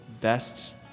best